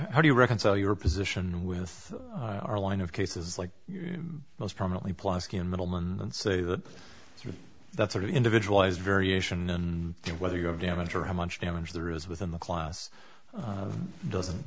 how do you reconcile your position with our line of cases like most prominently plaskett middleman and say that that sort of individual is variation of whether you have damage or how much damage there is within the class doesn't